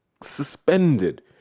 suspended